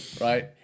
Right